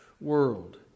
world